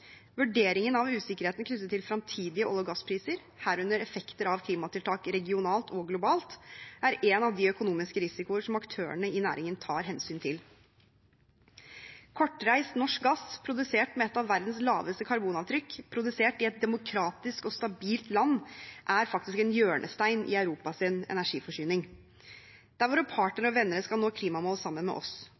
Vurderingen av usikkerheten knyttet til fremtidige olje- og gasspriser, herunder effekter av klimatiltak regionalt og globalt, er en av de økonomiske risikoer som aktørene i næringen tar hensyn til. Kortreist norsk gass, produsert med et av verdens laveste karbonavtrykk, produsert i et demokratisk og stabilt land, er faktisk en hjørnestein i Europas energiforsyning – der våre partnere og venner skal nå klimamål sammen med oss,